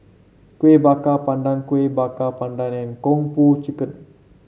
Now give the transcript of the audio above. Kueh Bakar Pandan Kueh Bakar Pandan and Kung Po Chicken